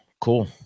Cool